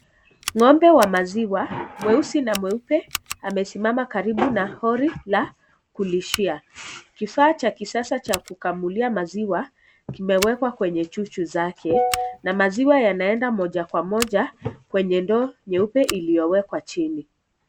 Ng'ombe wa maziwa mweusi na mweupe, amesimama karibu na hori la kulishia. Kifaa cha kisasa cha kukamulia maziwa, kimewekwa kwenye chuchu zake, na maziwa yanaenda moja kwa moja, kwenye ndoo nyeupe iliyowekwa chini.